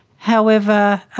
however,